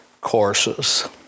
courses